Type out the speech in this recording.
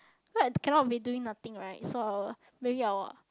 but cannot be doing nothing right so I will maybe I will